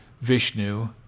Vishnu